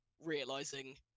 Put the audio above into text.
realizing